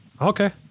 Okay